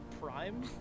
Prime